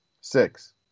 Six